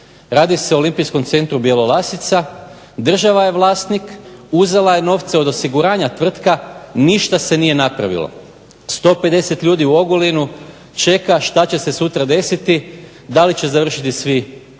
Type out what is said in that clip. Radi se o Olimpijskom centru Bjelolasica. Država je vlasnik, uzela je novce od osiguranja tvrtka ništa se nije napravilo. 150 ljudi u Ogulinu čeka što će se sutra desiti, da li će završiti svi na